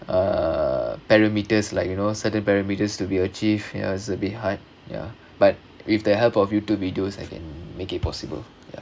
uh parameters like you know certain perameters to be achieve you know it's a bit hard ya but with the help of YouTube videos I can make it possible ya